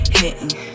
hitting